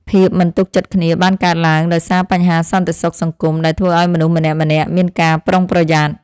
ភាពមិនទុកចិត្តគ្នាបានកើតឡើងដោយសារបញ្ហាសន្តិសុខសង្គមដែលធ្វើឱ្យមនុស្សម្នាក់ៗមានការប្រុងប្រយ័ត្ន។